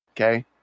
Okay